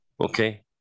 okay